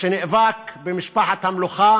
שנאבק במשפחת המלוכה